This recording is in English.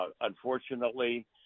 unfortunately